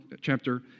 chapter